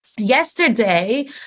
Yesterday